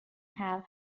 have